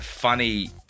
Funny